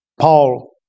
Paul